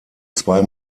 zwei